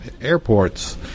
airports